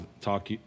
talk